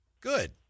Good